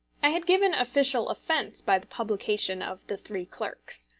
i had given official offence by the publication of the three clerks.